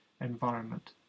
environment